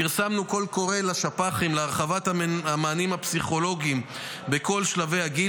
פרסמנו קול קורא לשפ"חים להרחבת המענים הפסיכולוגיים בכל שלבי הגיל.